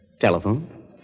Telephone